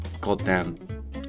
goddamn